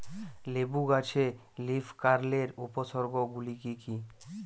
লেবু গাছে লীফকার্লের উপসর্গ গুলি কি কী?